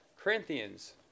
Corinthians